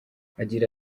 agira